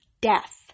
death